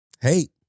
Hate